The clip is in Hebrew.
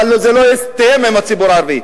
אבל זה לא יסתיים עם הציבור הערבי.